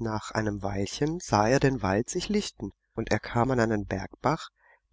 nach einem weilchen sah er den wald sich lichten und er kam an einen bergbach